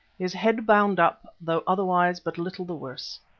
his head bound up, though otherwise but little the worse.